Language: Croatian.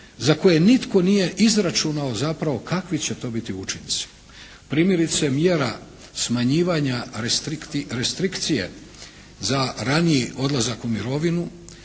za koje nitko nije izračunao zapravo kakvi će to biti učinci. Primjerice mjera smanjivanja restrikcije za raniji odlazak u mirovinu